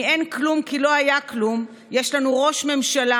מ"אין כלום כי לא היה כלום" יש לנו ראש ממשלה,